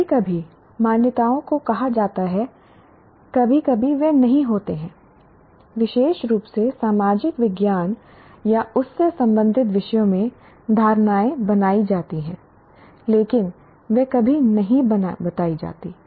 कभी कभी मान्यताओं को कहा जाता है कभी कभी वे नहीं होते हैं विशेष रूप से सामाजिक विज्ञान या उस से संबंधित विषयों में धारणाएं बनाई जाती हैं लेकिन वे कभी नहीं बताई जाती हैं